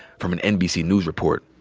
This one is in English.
from an nbc news report.